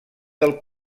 del